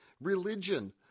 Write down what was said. religion